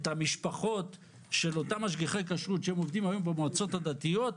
את המשפחות של אותם משגיחי כשרות שהם עובדים היום במועצות הדתיות,